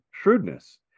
shrewdness